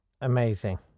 Amazing